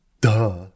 Duh